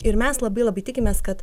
ir mes labai labai tikimės kad